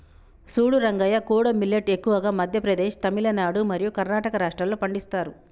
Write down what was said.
సూడు రంగయ్య కోడో మిల్లేట్ ఎక్కువగా మధ్య ప్రదేశ్, తమిలనాడు మరియు కర్ణాటక రాష్ట్రాల్లో పండిస్తారు